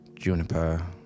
Juniper